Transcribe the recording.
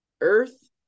Earth